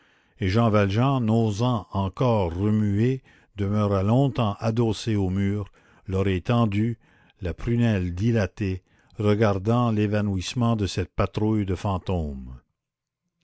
et jean valjean n'osant encore remuer demeura longtemps adossé au mur l'oreille tendue la prunelle dilatée regardant l'évanouissement de cette patrouille de fantômes